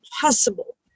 possible